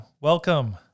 Welcome